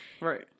right